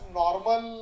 normal